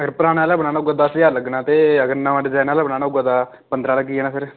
अगर पराना आह्ला बनाना होगा दस ज्हार लग्गना ते अगर नमां डजैन आह्ला बनाना होगा तां पंदरां लग्गी जाना फिर